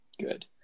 good